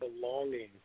belonging